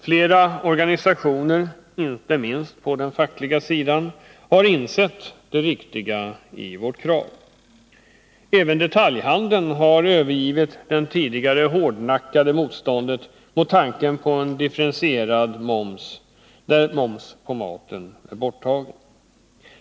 Flera organisationer, inte minst på den fackliga sidan, har insett det riktiga i vårt krav. Även detaljhandeln har övergivit det tidigare hårdnackade motståndet mot tanken på en differentierad moms, där momsen på mat är borttagen.